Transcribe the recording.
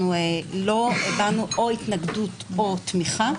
אנחנו לא הבענו או התנגדות או תמיכה.